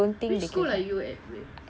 which school are you at